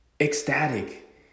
ecstatic